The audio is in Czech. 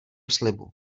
slibu